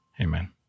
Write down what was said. Amen